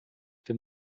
dem